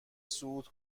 صعود